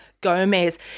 Gomez